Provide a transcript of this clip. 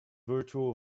virtual